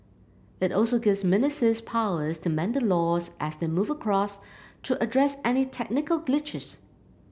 it also gives ministers powers to amend the laws as they move across to address any technical glitches